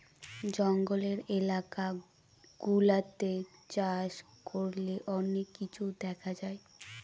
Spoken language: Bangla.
জঙ্গলের এলাকা গুলাতে চাষ করলে অনেক কিছু দেখা যায়